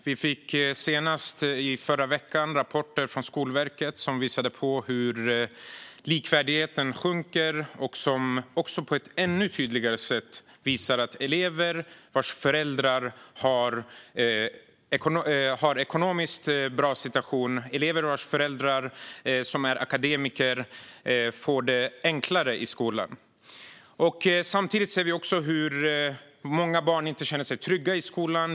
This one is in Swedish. Vi fick senast förra veckan rapporter från Skolverket som tydligt visar hur likvärdigheten sjunker och att elever vars föräldrar är akademiker och har en ekonomiskt bra situation får det lättare i skolan. Samtidigt ser vi hur många barn inte känner sig trygga i skolan.